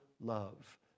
love